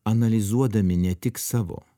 analizuodami ne tik savo